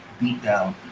beatdown